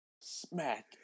smack